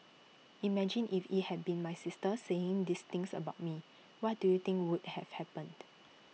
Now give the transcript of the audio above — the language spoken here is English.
imagine if IT had been my sister saying these things about me what do you think would have happened